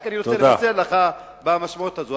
רק אני רוצה לבשר לך, במשמעות הזאת.